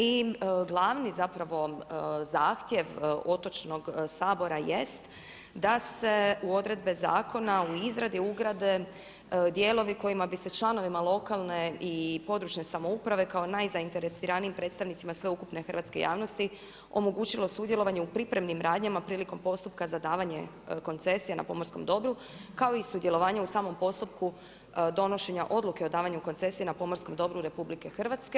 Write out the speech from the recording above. I glavni zahtjev Otočnog sabora jest da se u odredbe zakona u izradi ugrade dijelovi kojima bi se članovima lokalne i područne samouprave kao najzainteresiraniji predstavnicima sveukupne hrvatske javnosti omogućilo sudjelovanje u pripremim radnjama prilikom postupka za davanje koncesija na pomorskom dobru kao i sudjelovanje u samom postupku donošenje odluke o davanju koncesije na pomorskom dobru RH.